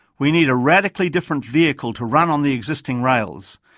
we need a radically different vehicle to run on the existing rails,